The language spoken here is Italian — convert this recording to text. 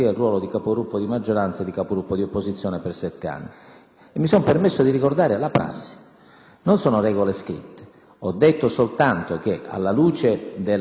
Non sono regole scritte; ho detto soltanto che alla luce dell'evento di oggi tutti i Capigruppo e la Presidenza